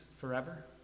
forever